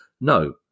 no